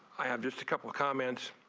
i have just a couple comments